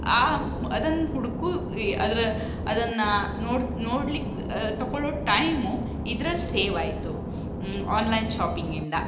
ಅದೊಂದು ಹುಡುಕು ಈ ಅದರ ಅದನ್ನು ನೋಡ್ತ ನೋಡ್ಲಿಕ್ಕೆ ತಕೊಳ್ಳೋ ಟೈಮು ಇದ್ರಲ್ಲಿ ಸೇವ್ ಆಯಿತು ಆನ್ಲೈನ್ ಶಾಪಿಂಗಿಂದ